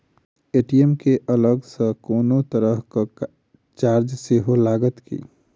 ATM केँ अलग सँ कोनो तरहक चार्ज सेहो लागत की?